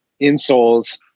insoles